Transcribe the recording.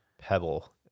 Pebble